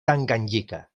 tanganyika